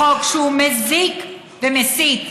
לחוק שהוא מזיק ומסית,